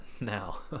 now